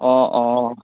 অ অ